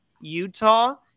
utah